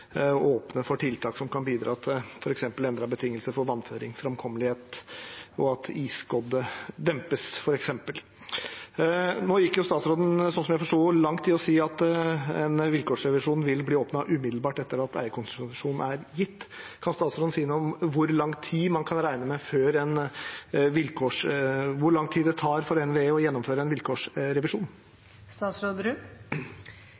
åpne for tiltak som kan bidra til f.eks. endrede betingelser for vannføring og framkommelighet, og at isskodde dempes. Nå gikk statsråden, sånn jeg forsto det, langt i å si at en vilkårsrevisjon vil bli åpnet umiddelbart etter at eierkonsesjon er gitt. Kan statsråden si noe om hvor lang tid det tar for NVE å gjennomføre en vilkårsrevisjon? Det er litt vanskelig å svare på akkurat hvor lang tid det vil ta å gjennomføre